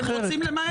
כי הם רוצים למהר.